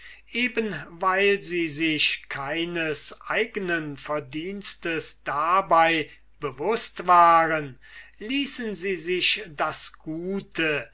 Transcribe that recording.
eben weil sie sich keines eignen verdiensts dabei bewußt waren ließen sie sich das gute